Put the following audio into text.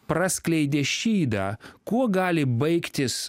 praskleidė šydą kuo gali baigtis